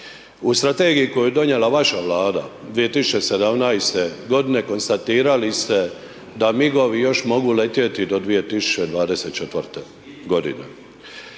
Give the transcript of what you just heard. u strategiji koju je donijela vaša Vlada 2017. godine konstatirali ste da migovi još mogu letjeti do 2024. godine,